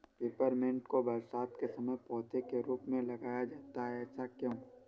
Peppermint को बरसात के समय पौधे के रूप में लगाया जाता है ऐसा क्यो?